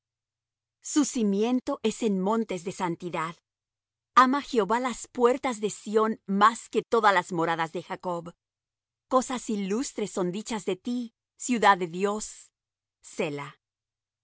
su cimiento es en montes de santidad ama jehová las puertas de sión más que todas las moradas de jacob cosas ilustres son dichas de ti ciudad de dios